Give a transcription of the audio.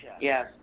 Yes